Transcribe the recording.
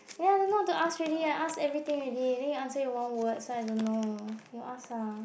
ya don't know what to ask already I ask everything already then you answer with one word so I don't know you ask ah